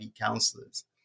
counselors